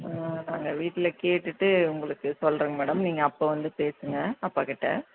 எங்கள் வீட்டில் கேட்டுவிட்டு உங்களுக்கு சொல்லுறேங்க மேடம் நீங்கள் அப்போ வந்து பேசுங்கள் அப்பாகிட்ட